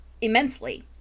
immensely